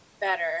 better